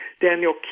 Daniel